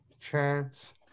Chance